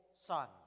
son